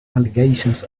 allegations